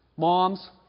Moms